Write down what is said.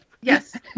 Yes